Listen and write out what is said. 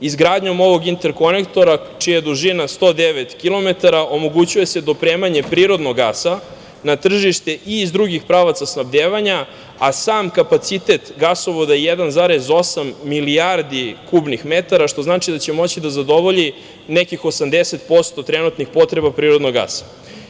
Izgradnjom ovog interkonektora, čija je dužina 109 kilometara, omogućuje se dopremanje prirodnog gasa na tržište i iz drugih pravaca snabdevanja, a sam kapacitet gasovoda je 1,8 milijardi kubnih metara, što znači da će moći da zadovolji nekih 80% trenutnih potreba prirodnog gasa.